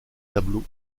tableau